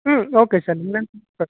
okay sir ನಿಮಗೆ